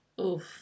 Oof